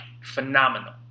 phenomenal